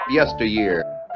yesteryear